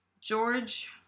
George